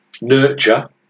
nurture